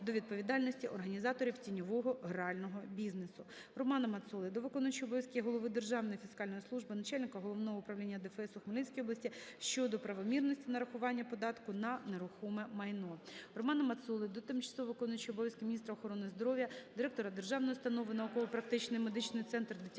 до відповідальності організаторів тіньового грального бізнесу. Романа Мацоли до виконуючого обов'язки Голови Державної фіскальної служби, Начальника Головного управління ДФС у Хмельницькій області щодо правомірності нарахування податку на нерухоме майно. Романа Мацоли до тимчасово виконуючої обов'язки Міністра охорони здоров'я, Директора Державної установи "Науково-практичний медичний центр дитячої